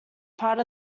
part